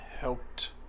helped